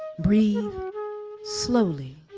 breathe slowly,